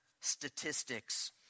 statistics